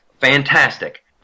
Fantastic